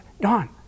Don